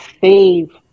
save